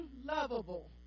unlovable